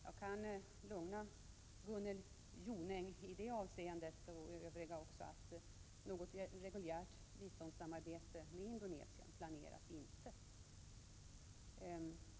Jag kan lugna Gunnel Jonäng och andra i detta sammanhang genom att säga att något reguljärt biståndssamarbete med Indonesien inte är planerat.